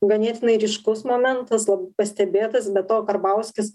ganėtinai ryškus momentas labai pastebėtas be to karbauskis